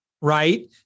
Right